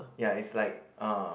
ya it's like uh